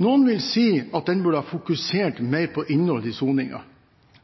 Noen vil si at den burde ha fokusert mer på innholdet i soningen.